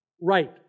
right